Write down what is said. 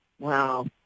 Wow